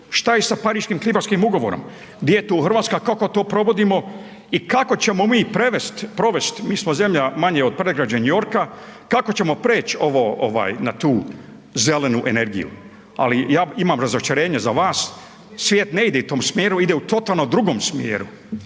šta je sa Pariškim klimatskim ugovorom, gdje je tu RH, kako to provodimo i kako ćemo mi prevest, provest, mi smo zemlja manje od predgrađa New Yorka, kako ćemo preć ovo, ovaj na tu zelenu energiju? Ali ja imam razočarenje za vas, svijet ne ide u tom smjeru, ide u totalno drugom smjeru